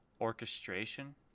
orchestration